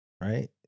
right